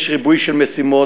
יש ריבוי של משימות,